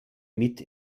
mit